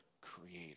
creator